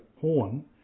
horn